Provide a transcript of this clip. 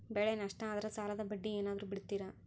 ಬೆಳೆ ನಷ್ಟ ಆದ್ರ ಸಾಲದ ಬಡ್ಡಿ ಏನಾದ್ರು ಬಿಡ್ತಿರಾ?